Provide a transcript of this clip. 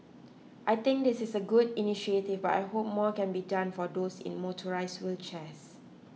I think this is a good initiative but I hope more can be done for those in motorised wheelchairs